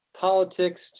politics